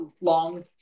long